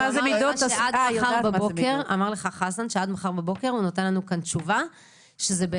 חסן אמר לך שעד מחר בבוקר הוא נותן לנו תשובה שבאמת